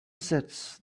sets